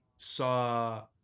Saw